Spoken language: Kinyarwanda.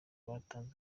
batanze